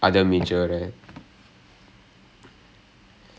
ah right right right makes sense oh what's the other major again